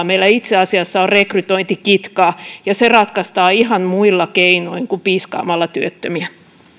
meillä itse asiassa on rekrytointikitkaa ja se ratkaistaan ihan muilla keinoin kuin piiskaamalla työttömiä